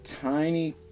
tiny